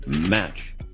match